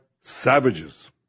savages